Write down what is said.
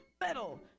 Metal